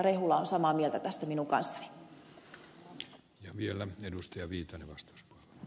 rehula on samaa mieltä tästä minun kanssani